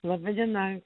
laba diena